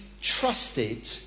trusted